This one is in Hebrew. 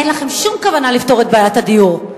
אין לכם שום כוונה לפתור את בעיית הדיור.